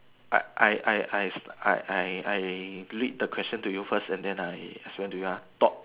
I I I I I I I read the question to you first and then I explain to you uh thought